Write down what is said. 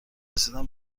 رسیدن